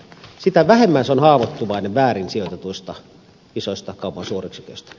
sitä vähemmän se haavoittuu väärinsijoitetuista isoista kaupan suuryksiköistä